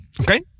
Okay